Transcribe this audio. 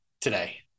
today